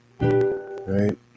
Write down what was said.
right